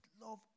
love